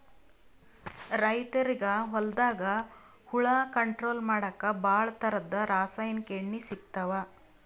ರೈತರಿಗ್ ಹೊಲ್ದಾಗ ಹುಳ ಕಂಟ್ರೋಲ್ ಮಾಡಕ್ಕ್ ಭಾಳ್ ಥರದ್ ರಾಸಾಯನಿಕ್ ಎಣ್ಣಿ ಸಿಗ್ತಾವ್